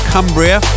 Cumbria